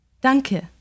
Danke